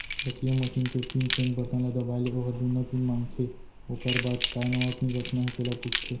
ATM machine के pin change button ल दबाए ले ओहर जुन्ना पिन मांगथे ओकर बाद काय नवा पिन रखना हे तेला पूछथे